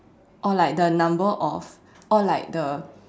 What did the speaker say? or like the number of or like the